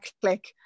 click